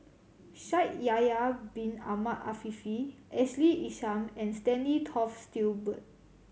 Shaikh Yahya Bin Ahmed Afifi Ashley Isham and Stanley Toft Stewart